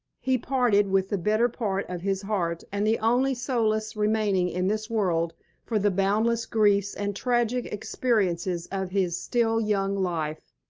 he parted with the better part of his heart and the only solace remaining in this world for the boundless griefs and tragic experiences of his still young life.